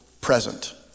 present